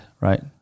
right